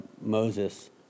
Moses